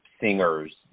singers